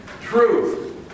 Truth